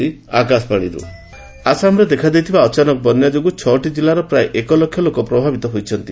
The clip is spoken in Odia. ଆସାମ ଫ୍ଲୁଡ୍ ଆସାମରେ ଦେଖାଦେଇଥିବା ଅଚାନକ ବନ୍ୟା ଯୋଗୁଁ ଛ'ଟି କିଲ୍ଲାର ପ୍ରାୟ ଏକ ଲକ୍ଷ ଲୋକ ପ୍ରଭାବିତ ହୋଇଛନ୍ତି